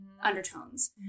undertones